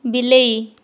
ବିଲେଇ